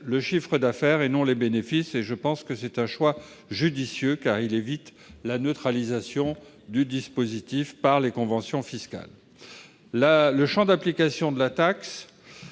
le chiffre d'affaires et non les bénéfices ; je pense que c'est un choix judicieux, car cela évite la neutralisation du dispositif par les conventions fiscales. Certains de nos